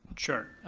sure.